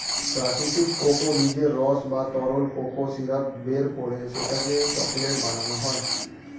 প্রাকৃতিক কোকো বীজের রস বা তরল কোকো সিরাপ বের করে সেটাকে চকলেট বানানো হয়